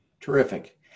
Terrific